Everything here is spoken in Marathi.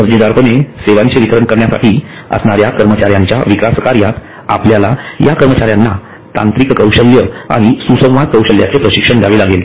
दर्जेदारपणे सेवांचे वितरण करण्यासाठी असणाऱ्या कर्मचाऱ्यांच्या विकासकार्यात आपल्याला या कर्मचाऱ्यांना तांत्रिक कौशल्य आणि सुसंवाद कौशल्याचे प्रशिक्षण द्यावे लागेल